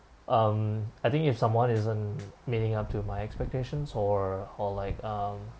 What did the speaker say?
um I think if someone isn't meeting up to my expectations or or like um